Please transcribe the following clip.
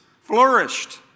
flourished